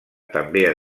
també